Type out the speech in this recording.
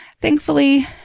Thankfully